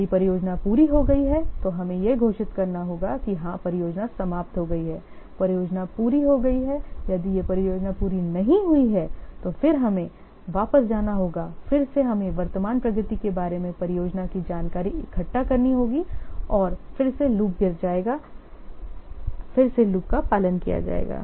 यदि परियोजना पूरी हो गई है तो हमें यह घोषित करना होगा कि हाँ परियोजना समाप्त हो गई है परियोजना पूरी हो गई हैयदि यह परियोजना पूरी नहीं हुई है तो फिर से हमें वापस जाना होगा फिर से हमें वर्तमान प्रगति के बारे में परियोजना की जानकारी इकट्ठा करनी होगी और फिर से लूप गिर जाएगा फिर से लूप का पालन किया जाएगा